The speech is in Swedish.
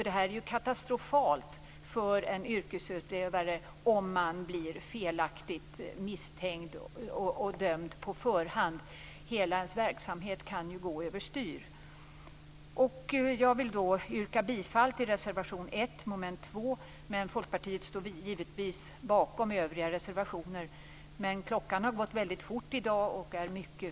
Det här är ju katastrofalt för den yrkesutövare som blir felaktigt misstänkt och dömd på förhand. Hela verksamheten kan ju då gå över styr. Jag yrkar bifall till reservation 1 under mom. 2 men vi i Folkpartiet står givetvis också bakom övriga reservationer. Tiden har gått väldigt fort i dag. Klockan är alltså mycket.